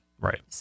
right